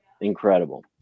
Incredible